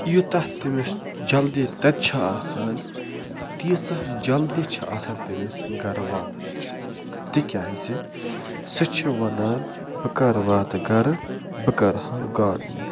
یوٗتاہ تٔمِس جلدی تَتہِ چھِ آسان تیٖژاہ جلدی چھِ آسان تٔمِس گَرٕ واتنٕچ تِکیٛازِ سُہ چھُ وَنان بہٕ کَر واتہٕ گَرٕ بہٕ کَرٕ ہا گاڈنِنٛگ